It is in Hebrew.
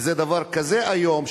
וזה דבר כזה איום,